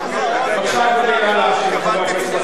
בבקשה, אדוני, נא להשיב לחבר הכנסת חסון.